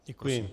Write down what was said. Děkuji.